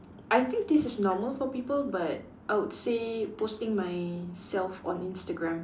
I think this is normal for people but I would say posting myself on Instagram